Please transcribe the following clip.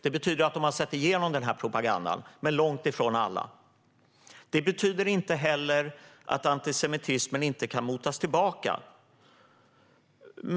De har sett igenom propagandan. Men det gäller långt ifrån alla. Antisemitismen kan motas tillbaka.